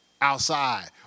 outside